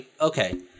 okay